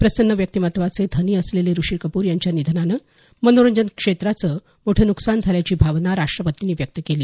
प्रसन्न व्यक्तिमत्त्वाचे धनी असलेले ऋषी कपूर यांच्या निधनानं मनोरंजन क्षेत्राचं मोठं नुकसान झाल्याची भावना राष्ट्रपतींनी व्यक्त केली